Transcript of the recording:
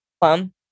Plum